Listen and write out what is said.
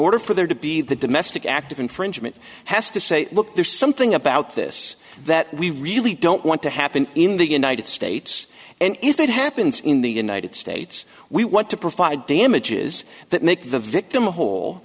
order for there to be the domestic act of infringement has to say look there's something about this that we really don't want to happen in the united states and if it happens in the united states we want to provide damages that make the victim whole